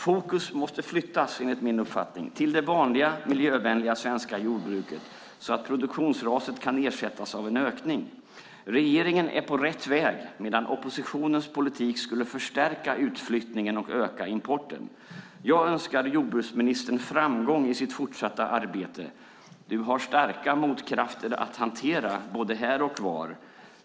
Fokus måste flyttas, enligt min uppfattning, till det vanliga miljövänliga svenska jordbruket så att produktionsraset kan ersättas av en ökning. Regeringen är på rätt väg, medan oppositionens politik skulle förstärka utflyttningen och öka importen. Jag önskar jordbruksministern framgång i sitt fortsatta arbete. Du har starka motkrafter att hantera både här och var.